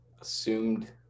assumed